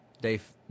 Dave